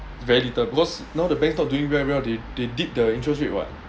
very little because now the banks not doing very well th~ they dipped the interest rate what